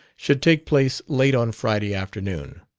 should take place late on friday afternoon.